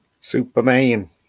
Superman